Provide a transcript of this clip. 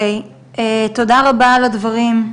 תודה רבה על הדברים.